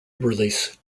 release